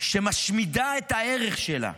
שמשמידה את הערך שלה,